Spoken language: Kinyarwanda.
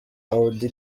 auddy